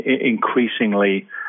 increasingly